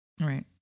Right